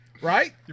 Right